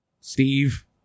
Steve